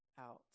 out